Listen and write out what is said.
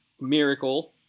miracle